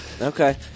Okay